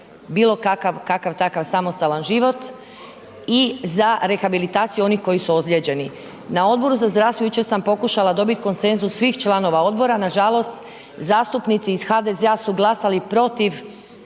kakav-takav samostalan život i za rehabilitaciju onih koji su ozlijeđeni. Na Odboru za zdravstvo jučer sam pokušala dobiti konsenzus svih članova odbora, nažalost, zastupnici iz HDZ-a su glasali protiv